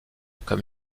comme